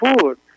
food